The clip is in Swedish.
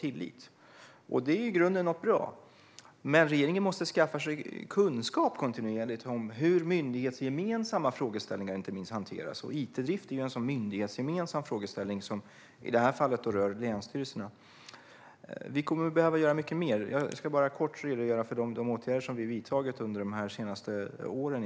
I grunden är tillit något bra, men regeringen måste kontinuerligt skaffa sig kunskap om hur inte minst myndighetsgemensamma frågeställningar hanteras. It-drift är en sådan myndighetsgemensam fråga som i detta fall rör länsstyrelserna. Vi kommer att behöva göra mycket mer. Jag ska dock bara kort redogöra för de åtgärder som vi har vidtagit under det senaste året.